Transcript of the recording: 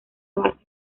base